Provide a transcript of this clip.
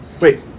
Wait